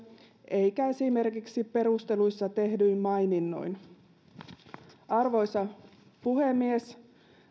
eikä esimerkiksi perusteluissa tehdyin maininnoin arvoisa puhemies